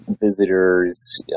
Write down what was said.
visitors